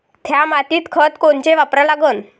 थ्या मातीत खतं कोनचे वापरा लागन?